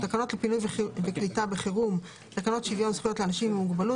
"תקנות לפינוי ולקליטה בחירום" תקנות שוויון זכויות לאנשים עם מוגבלות